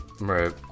Right